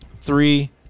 Three